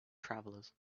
travelers